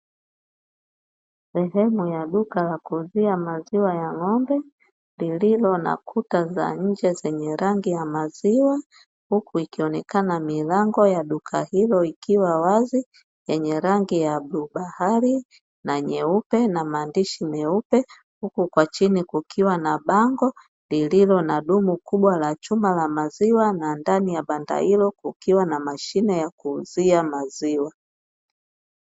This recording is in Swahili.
Sehemu ya duka la kuuzia maziwa ya ng'ombe lililo na kuta za nje zenye rangi ya maziwa, huku ikionekana milango ya duka hilo ikiwa wazi, yenye rangi ya bluu bahari na nyeupe na maandishi meupe huku kwa chini kukiwa na bango lililo na dumu kubwa la chuma la maziwa na ndani ya banda hilo kukiwa na mashine ya kuuzia maziwa.